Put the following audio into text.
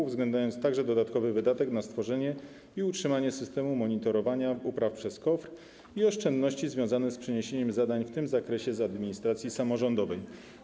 uwzględniając także dodatkowy wydatek na stworzenie i utrzymanie systemu monitorowania upraw przez KOWR i oszczędności związane z przeniesieniem zadań w tym zakresie z administracji samorządowej.